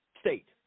state